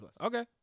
Okay